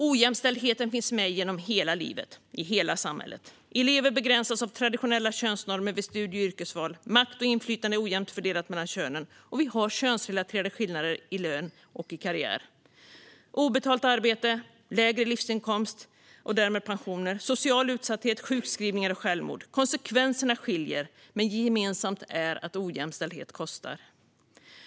Ojämställdheten finns med genom hela livet, i hela samhället. Elever begränsas av traditionella könsnormer vid studie och yrkesval. Makt och inflytande är ojämnt fördelade mellan könen, och vi har könsrelaterade skillnader i lön och karriär. Obetalt arbete, lägre livsinkomst och därmed pensioner, social utsatthet, sjukskrivningar och självmord - konsekvenserna skiljer, men gemensamt är att ojämställdhet kostar.